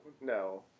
no